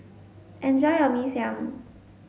enjoy your Mee Siam